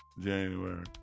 January